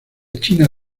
china